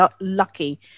lucky